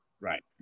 Right